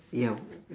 ya